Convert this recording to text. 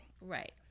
Right